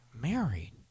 married